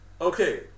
Okay